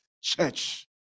church